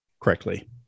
correctly